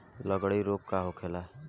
लगड़ी रोग का होखेला?